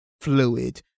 fluid